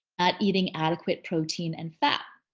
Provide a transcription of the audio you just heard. at eating adequate protein and fat.